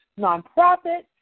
nonprofit